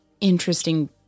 interesting